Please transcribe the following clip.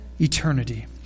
eternity